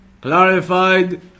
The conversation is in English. clarified